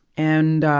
and, ah,